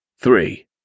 Three